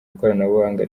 ikoranabuhanga